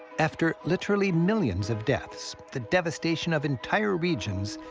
after literally millions of deaths, the devastation of entire regions,